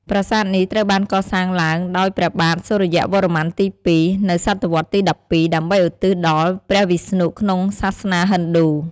ប្រាសាទនេះត្រូវបានកសាងឡើងដោយព្រះបាទសូរ្យវរ្ម័នទី២ នៅសតវត្សទី១២ ដើម្បីឧទ្ទិសដល់ព្រះវិស្ណុក្នុងសាសនាហិណ្ឌូ។